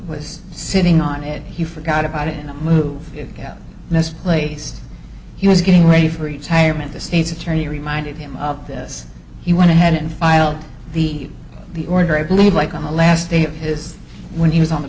was sitting on it he forgot about it and move misplaced he was getting ready for retirement the state's attorney reminded him of this he went ahead and filed the the order i believe like on the last day of his when he was on the